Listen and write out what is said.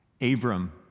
Abram